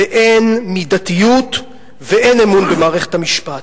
אין מידתיות ואין אמון במערכת המשפט.